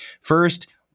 First